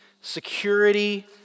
security